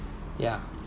ya